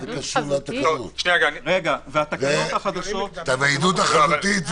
דיברנו בהליך פלילי.